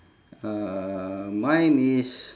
uh mine is